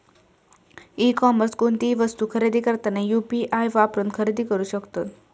E कॉमर्सवर कोणतीही वस्तू खरेदी करताना यू.पी.आई वापरून खरेदी करू शकतत